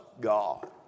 God